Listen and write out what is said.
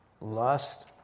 Lust